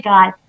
God